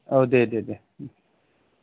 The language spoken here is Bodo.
औ दे दे दे